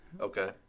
Okay